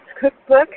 Cookbook